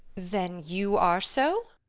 then you are so?